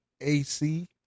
AC